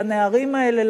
לנערים האלה,